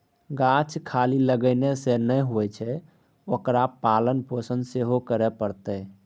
गाछ खाली लगेने सँ नै होए छै ओकर पालन पोषण सेहो करय पड़तै